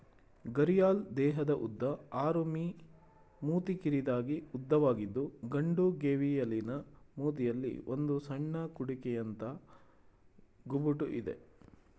ಘರಿಯಾಲ್ ದೇಹದ ಉದ್ದ ಆರು ಮೀ ಮೂತಿ ಕಿರಿದಾಗಿ ಉದ್ದವಾಗಿದ್ದು ಗಂಡು ಗೇವಿಯಲಿನ ಮೂತಿಯಲ್ಲಿ ಒಂದು ಸಣ್ಣ ಕುಡಿಕೆಯಂಥ ಗುಬುಟು ಇದೆ